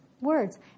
words